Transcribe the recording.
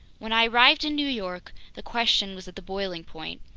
when i arrived in new york, the question was at the boiling point.